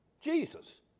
Jesus